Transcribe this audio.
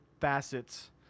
facets